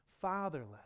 fatherless